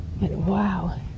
Wow